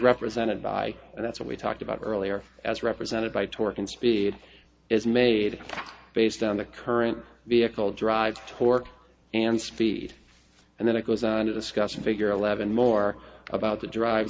represented by and that's what we talked about earlier as represented by torque and speed is made based on the current vehicle drives torque and speed and then it goes on a discussion figure eleven more about the drive